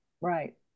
Right